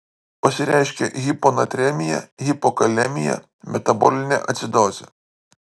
pasireiškia hiponatremija hipokalemija metabolinė acidozė